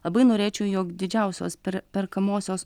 labai norėčiau jog didžiausios per perkamosios